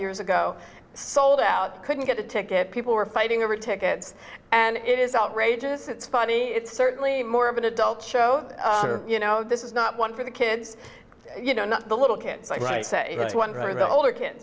years ago sold out couldn't get a ticket people were fighting over tickets and it is outrageous it's funny it's certainly more of an adult show you know this is not one for the kids you know not the little kids i say one or the older kid